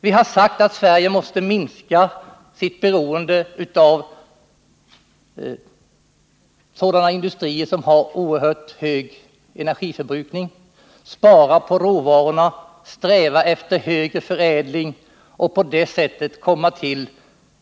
Vi har sagt att Sverige måste minska sitt beroende av sådana industrier som har oerhört hög energiförbrukning, spara på råvarorna och sträva efter högre förädling för att på det sättet få